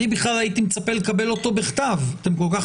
אני בכל הייתי מצפה לקבל אותו בכתב - אתם כל כך